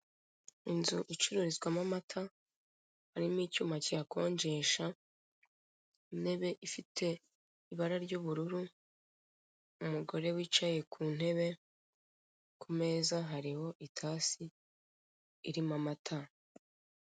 Inzu icururizwamo amata harimo icyuma kiyakonjesha, intebe ifite ibara ry'ubururu, umugore wicaye ku ntebe, kumeza hariho itasi irimo amata.